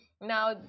now